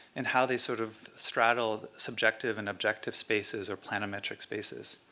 and how they sort of straddle subjective and objective spaces or planometric spaces.